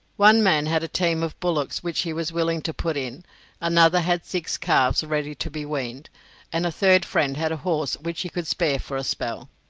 one man had a team of bullocks which he was willing to put in another had six calves ready to be weaned and a third friend had a horse which he could spare for a spell.